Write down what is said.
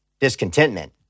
Discontentment